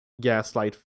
gaslight